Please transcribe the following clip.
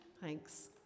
Thanks